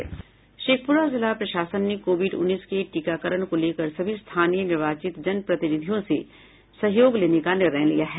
शेखप्ररा जिला प्रशासन ने कोविड उन्नीस के टीकाकरण को लेकर सभी स्थानीय निर्वाचित जन प्रतिनिधियों से सहयोग लेने का निर्णय लिया है